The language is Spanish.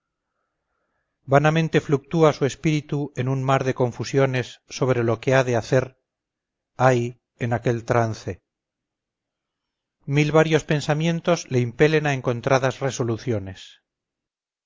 vanamente fluctúa su espíritu en un mar de confusiones sobre lo que ha de hacer ay en aquel trance mil varios pensamientos le impelen a encontradas resoluciones